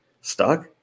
stuck